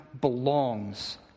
belongs